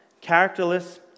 characterless